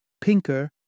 Pinker